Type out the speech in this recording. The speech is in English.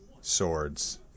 swords